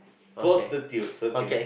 prostitute